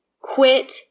quit